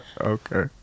Okay